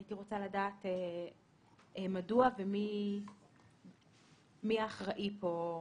הייתי רוצה לדעת מדוע ומי אחראי כאן.